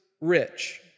rich